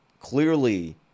clearly